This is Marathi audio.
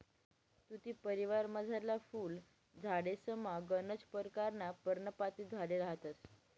तुती परिवारमझारला फुल झाडेसमा गनच परकारना पर्णपाती झाडे रहातंस